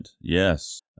yes